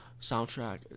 Soundtrack